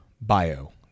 Bio